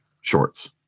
shorts